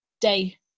day